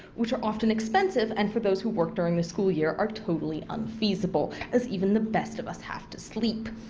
which are often expensive and for those who work during the school year are totally unfeasible as even the best of us have to sleep.